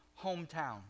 hometown